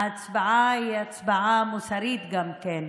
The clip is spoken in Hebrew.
ההצבעה היא הצבעה מוסרית גם כן,